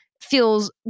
feels